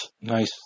Nice